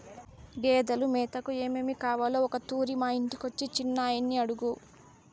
గేదెలు మేతకు ఏమేమి కావాలో ఒకతూరి మా ఇంటికొచ్చి చిన్నయని అడుగు